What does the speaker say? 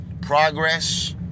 progress